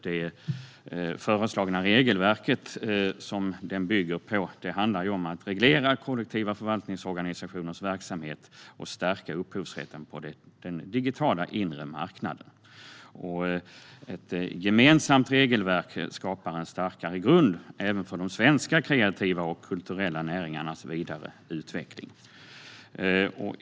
Det föreslagna regelverk som den bygger på handlar om att reglera kollektiva förvaltningsorganisationers verksamhet och stärka upphovsrätten på den digitala inre marknaden. Ett gemensamt regelverk skapar en starkare grund även för de svenska kreativa och kulturella näringarnas vidare utveckling.